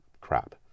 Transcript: crap